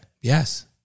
yes